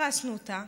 הרסנו אותה,